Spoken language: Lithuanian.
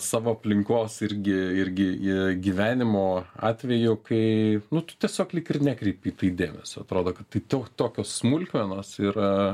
savo aplinkos irgi irgi į gyvenimo atvejų kai nu tu tiesiog lyg ir nekreipi į tai dėmesio atrodo kad tai tau tokios smulkmenos yra